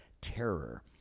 terror